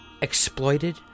exploited